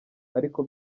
ariko